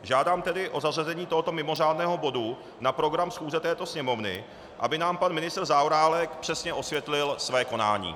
Žádám tedy o zařazení tohoto mimořádného bodu na program schůze této Sněmovny, aby nám pan ministr Zaorálek přesně osvětlil své konání.